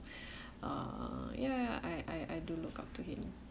uh ya ya I I do look up to him